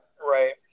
Right